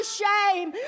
shame